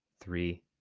three